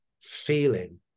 feeling